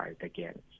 again